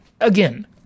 again